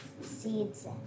seeds